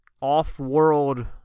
off-world